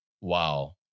Wow